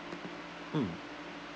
mm